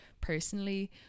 personally